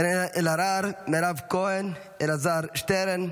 קארין אלהרר, מירב כהן, אלעזר שטרן.